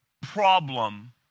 problem